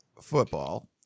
football